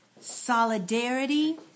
solidarity